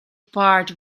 part